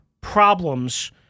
problems